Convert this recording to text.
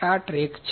આ ટ્રેક છે